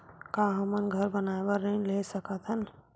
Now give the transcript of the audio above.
का हमन घर बनाए बार ऋण ले सकत हन?